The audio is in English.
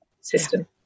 system